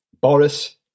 Boris